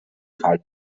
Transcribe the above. falla